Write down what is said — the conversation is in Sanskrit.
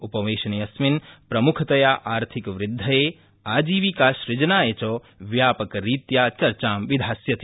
उपवशनेऽस्मिन् प्रमुखतया आर्थिकवृद्धयै आजीविकासुजनाय च व्यापकरीत्या चर्चां विधास्यति